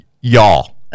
Y'all